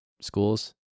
schools